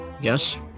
Yes